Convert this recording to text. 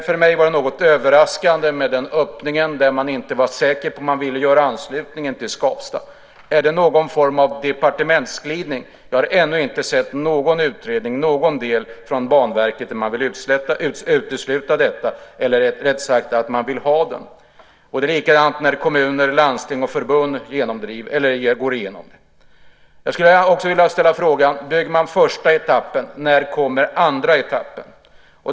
För mig var det något överraskande med öppningen om att man inte var säker på om man vill göra anslutningen till Skavsta. Är det någon form av departementsglidning? Jag har ännu inte sett någon utredning eller någon del från Banverket där man vill utesluta detta, eller rättare sagt att man vill ha den. Det är likadant när kommuner, landsting och förbund går igenom det. Jag skulle vilja ställa en annan fråga. Om man bygger första etappen, när kommer den andra etappen?